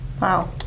Wow